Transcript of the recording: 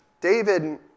David